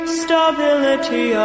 stability